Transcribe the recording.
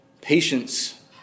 Patience